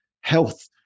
health